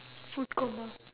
food coma